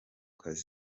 kazi